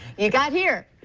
you got here.